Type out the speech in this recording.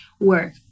Work